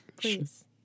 Please